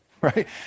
right